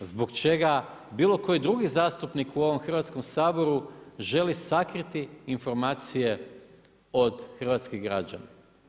Zbog čega bilo koji drugi zastupnik u ovom Hrvatskom saboru, želi sakriti informacije od hrvatskih građana.